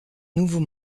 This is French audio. nouveau